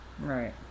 Right